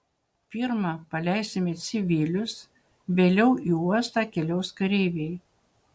pirma paleisime civilius vėliau į uostą keliaus kareiviai